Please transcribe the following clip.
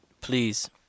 Please